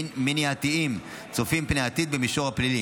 מניעתיים צופים פני עתיד במישור הפלילי.